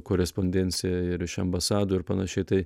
korespondencija ir iš ambasadų ir panašiai tai